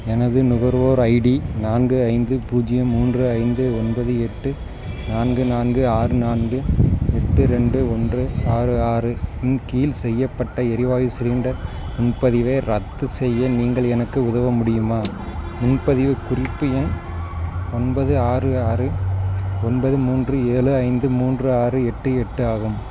எனது நுகர்வோர் ஐடி நான்கு ஐந்து பூஜ்ஜியம் மூன்று ஐந்து ஒன்பது எட்டு நான்கு நான்கு ஆறு நான்கு எட்டு ரெண்டு ஒன்று ஆறு ஆறு இன் கீழ் செய்யப்பட்ட எரிவாயு சிலிண்டர் முன்பதிவை ரத்து செய்ய நீங்கள் எனக்கு உதவ முடியுமா முன்பதிவுக் குறிப்பு எண் ஒன்பது ஆறு ஆறு ஒன்பது மூன்று ஏழு ஐந்து மூன்று ஆறு எட்டு எட்டு ஆகும்